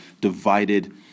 divided